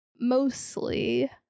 mostly